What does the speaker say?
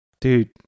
dude